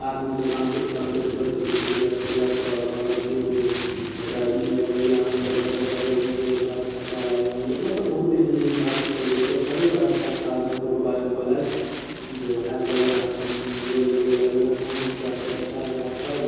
आदमी सब तान्त्रिक तान्त्रिक सब जे छै से देखेलक तऽ कहलक की जे एकरा ई अबैये अहाँके घर बगलमे जे रहै तकरा बारेमे मतलब बहुत एहन एहन बात सब एतऽ घरेके आसपासके आदमी सबके बारेमे कहलथि जे जे ओएह कयलथि अहाँके नजरि गुजरि लगेलथि हन ओकराससँ बचाकऽ राखब